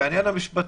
המשפטי,